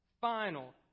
final